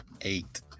Eight